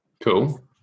Cool